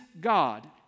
God